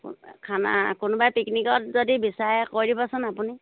খানা কোনোবাই পিকনিকত যদি বিচাৰে কৈ দিবচোন আপুনি